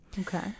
Okay